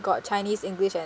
got chinese english and